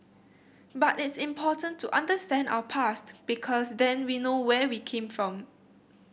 but it's important to understand our past because then we know where we came from